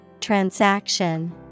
Transaction